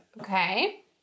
okay